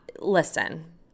Listen